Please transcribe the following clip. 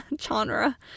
genre